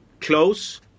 Close